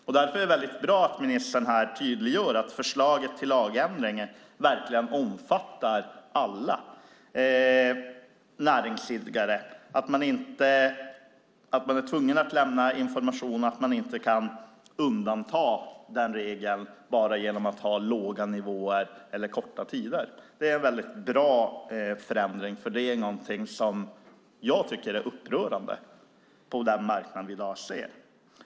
Det är bra att ministern tydliggör att förslaget till lagändring verkligen omfattar alla näringsidkare som är tvungna att lämna information och inte kan undgå regeln genom att ha låga nivåer eller korta tider. Det är en bra förändring, för det är något som jag tycker är upprörande på marknaden i dag.